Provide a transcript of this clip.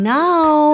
now